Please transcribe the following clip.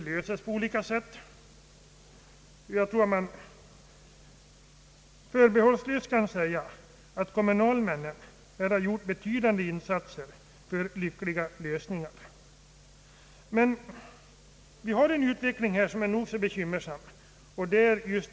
Jag tror att man förbehållslöst kan säga att kommunalmännen har gjort betydande insatser för lyckade lösningar. Men utvecklingen är nog så bekymmersam.